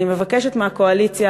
אני מבקשת מהקואליציה,